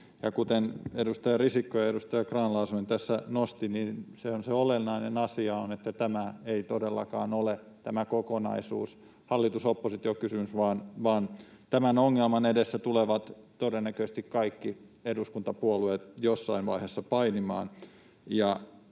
kuten edustaja Risikko ja edustaja Grahn-Laasonen tässä nostivat, niin olennainen asia on, että tämä kokonaisuus ei todellakaan ole hallitus—oppositio-kysymys vaan tämän ongelman edessä tulevat todennäköisesti kaikki eduskuntapuolueet jossain vaiheessa painimaan.